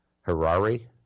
Harari